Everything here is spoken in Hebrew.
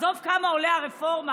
עזוב כמה עולה הרפורמה,